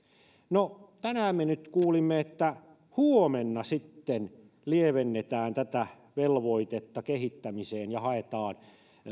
no tänään me nyt kuulimme että huomenna sitten lievennetään tätä velvoitetta kehittämiseen ja haetaan